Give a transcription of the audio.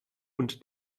und